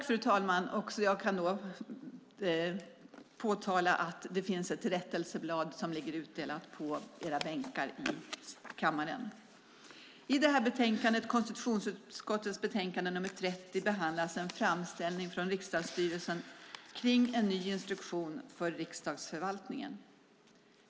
Fru talman! Jag kan påtala att det finns ett rättelseblad som är utdelat på bänkarna i kammaren. I konstitutionsutskottets betänkande 30 behandlas en framställning från riksdagsstyrelsen om en ny instruktion för riksdagsförvaltningen.